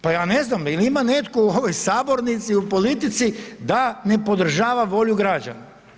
Pa ja ne znam jel ima netko u ovoj sabornici, u politici da ne podržava volju građana?